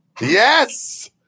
Yes